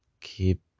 keep